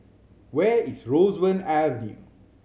where is Roseburn Avenue